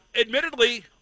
admittedly